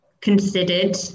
considered